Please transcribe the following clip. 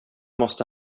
måste